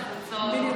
את הקבוצות.